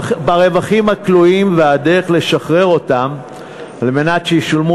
וברווחים הכלואים והדרך לשחרר אותם על מנת שישולמו